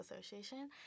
Association